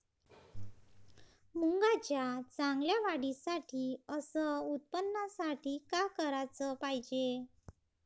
मुंगाच्या चांगल्या वाढीसाठी अस उत्पन्नासाठी का कराच पायजे?